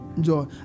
Joy